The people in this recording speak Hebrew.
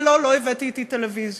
ולא, לא הבאתי אתי טלוויזיות,